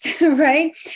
right